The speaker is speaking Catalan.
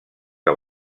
que